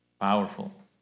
powerful